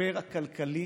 במשבר הכלכלי